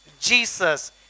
Jesus